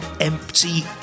empty